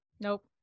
Nope